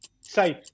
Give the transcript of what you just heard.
safe